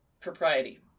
propriety